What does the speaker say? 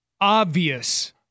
obvious